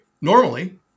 Normally